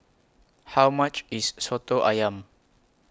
How much IS Soto Ayam